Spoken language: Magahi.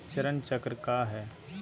चरण चक्र काया है?